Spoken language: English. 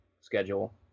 schedule